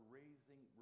raising